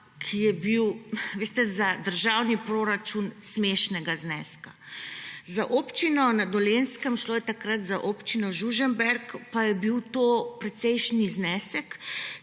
ki je bil za državni proračun smešnega zneska, za občino na Dolenjskem, šlo je takrat za Občino Žužemberk, pa je bil to precejšen znesek,